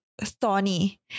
thorny